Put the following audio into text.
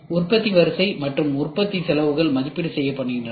உற்பத்தி வரிசை மற்றும் உற்பத்தி செலவுகள் மதிப்பீடு செய்யப்படுகின்றன